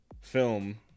film